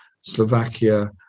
Slovakia